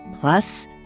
Plus